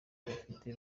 bafite